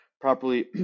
properly